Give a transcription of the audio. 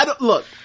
Look